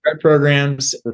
programs